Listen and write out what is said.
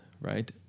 right